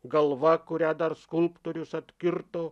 galva kurią dar skulptorius atkirto